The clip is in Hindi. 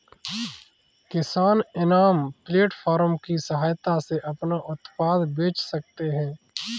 किसान इनाम प्लेटफार्म की सहायता से अपना उत्पाद बेच सकते है